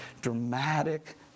dramatic